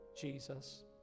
Jesus